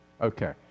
Okay